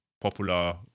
popular